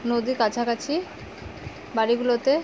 নদী কাছাকাছি বাড়িগুলোতে